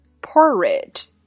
Porridge